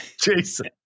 Jason